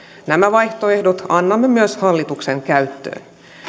nämä vaihtoehdot annamme myös hallituksen käyttöön